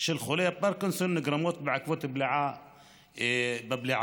של חולי הפרקינסון נגרמים בעקבות בעיות בבליעה,